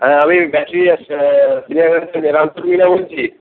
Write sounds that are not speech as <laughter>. হ্যাঁ আমি <unintelligible> বলছি